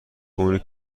اونی